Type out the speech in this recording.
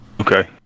Okay